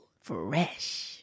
Fresh